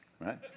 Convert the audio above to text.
right